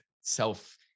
self